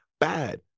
bad